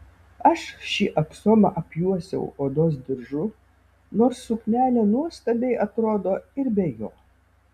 aš šį aksomą apjuosiau odos diržu nors suknelė nuostabiai atrodo ir be jo